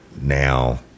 now